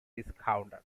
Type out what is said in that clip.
discounted